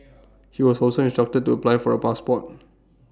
he was also instructed to apply for A passport